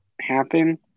happen